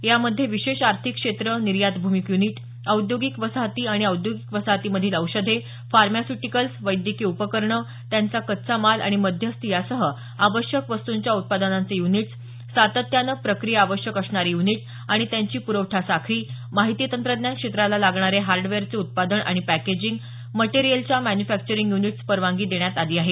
यामध्ये विशेष आर्थिक क्षेत्रे निर्यातभिमुख युनिट औद्योगिक वसाहती आणि औद्योगिक वसाहतीमधील औषधे फार्मास्यूटिकल्स वैद्यकीय उपकरणं त्यांचा कच्चा माल आणि मध्यस्थी यासह आवश्यक वस्तूंच्या उत्पादनांचे युनिट्स उत्पादन युनिट सातत्याने प्रक्रिया आवश्यक असणारे युनिट आणि त्यांची प्रवठा साखळी माहिती तंत्रज्ञान क्षेत्राला लागणारे हार्डवेअरचे उत्पादन आणि पॅकेजिंग मटेरियलच्या मॅन्युफॅक्चरिंग युनिटस परवानगी आहे